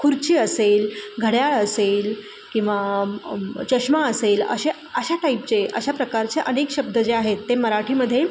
खुर्ची असेल घड्याळ असेल किंवा चष्मा असेल अशा अशा टाईपचे अशा प्रकारचे अनेक शब्द जे आहेत ते मराठीमध्ये